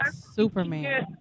Superman